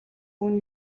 өгнө